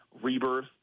rebirth